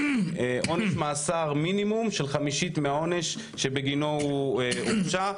עונש מאסר מינימום של חמישית מהעונש שבגינו הוא הורשע,